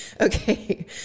Okay